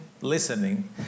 listening